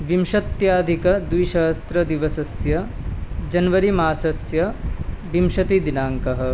विंशत्याधिकद्विसहस्रदिवसस्य जन्वरी मासस्य विंशतिदिनाङ्कः